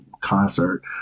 concert